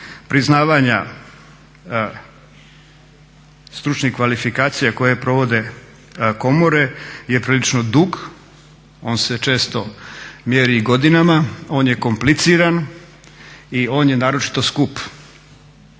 priznavanja stručnih kvalifikacija koje provode komore je prilično dug, on se često mjeri i godinama, on je kompliciran i on je naročito skup.